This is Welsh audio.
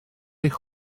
eich